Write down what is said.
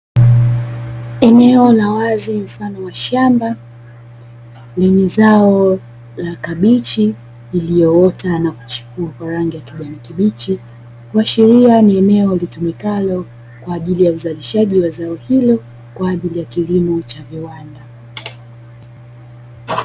Eneo la wazi mfano wa shamba lenye zao la kabichi, iliyoota na kuchipua kwa rangi ya kijani kibichi, kuashiria ni eneo litumikalo kwa ajili ya uzalishaji wa zao hilo, kwa ajili ya kilimo cha viwanda.